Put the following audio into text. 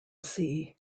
sea